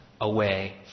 away